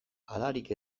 halarik